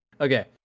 Okay